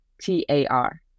T-A-R